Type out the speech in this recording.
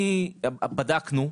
בדקנו,